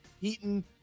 Heaton